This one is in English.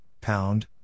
Pound